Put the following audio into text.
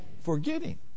Forgetting